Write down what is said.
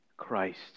Christ